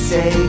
Say